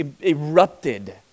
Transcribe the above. erupted